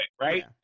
right